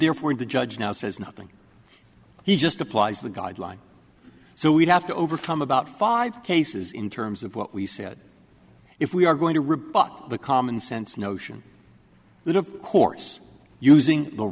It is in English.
therefore the judge now says nothing he just applies the guideline so we'd have to overcome about five cases in terms of what we said if we are going to rebut the common sense notion that of course using the